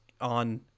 on